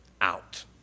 out